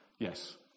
Yes